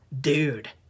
Dude